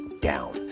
down